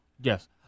Yes